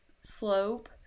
slope